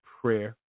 prayer